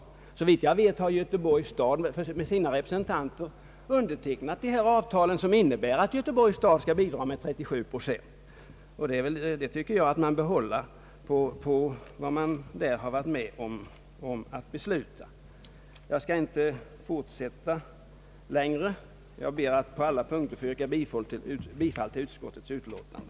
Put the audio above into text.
Såvitt jag vet har Göteborgs stad genom sina representanter undertecknat ett avtal, som innebär att Göteborgs stad skall bidraga med 37 1/2 procent. Jag tycker att man bör hålla på vad man där har varit med om att besluta. Jag skall, herr talman, inte fortsätta mitt anförande längre. Jag ber att på alla punkter få yrka bifall till utskottets utlåtande.